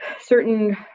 certain